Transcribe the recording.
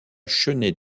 chênaie